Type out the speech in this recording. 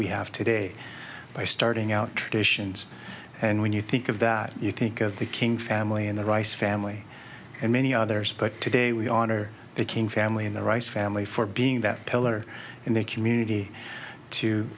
we have today by starting out traditions and when you think of that you think of the king family and the rice family and many others but today we honor the king family and the rice family for being that pillar in the community